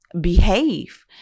behave